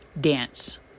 dance